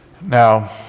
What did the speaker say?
Now